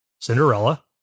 Cinderella